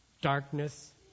darkness